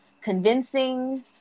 convincing